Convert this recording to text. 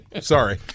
sorry